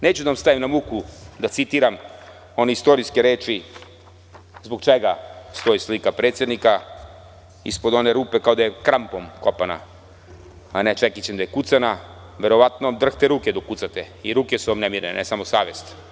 Neću da vam stajem na muku, da citiram one istorijske reči zbog čega stoji slika predsednika ispod one rupe kao da je krampom kopana, a ne čekićem da je kucana i verovatno vam drhte ruke dok kucate i ruke su vam nemirne, ne samo savest.